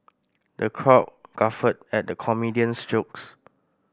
the crowd guffawed at the comedian's jokes